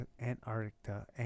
Antarctica